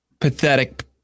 pathetic